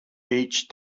each